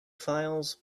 files